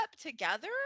together